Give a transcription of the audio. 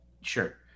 Sure